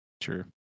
sure